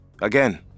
Again